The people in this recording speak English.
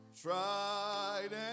tried